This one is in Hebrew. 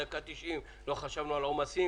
בדקה התשעים לא חשבנו על עומסים,